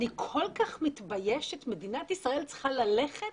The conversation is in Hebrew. אני כל כך מתביישת, מדינת ישראל צריכה ללכת